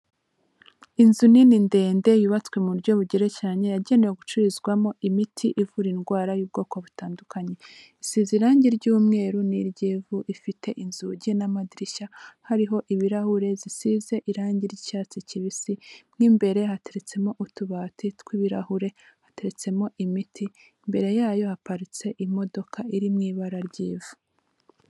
Inzu nini ndende yubatswe mu buryo bugerekeranye yagenewe gucururizwamo imiti ivura indwara y'ubwoko butandukanye. Isize irangi ry'umweru n'iry'ivu. Ifite inzugi n'amadirishya hariho ibirahure, zisize irangi ry'icyatsi kibisi. Mu imbere hateretsemo utubati tw'ibirahure, hateretsemo imiti. Imbere yayo haparitse imodoka iri mu ibara ry'ivu.